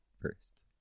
first